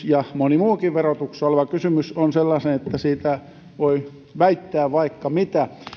ja moni muukin verotusta koskeva kysymys ovat sellaisia että niistä voi väittää vaikka mitä